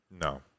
No